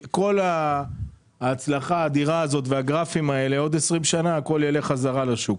כל ההצלחה האדירה של היום בעוד 20 שנה תחזור חזרה לשוק,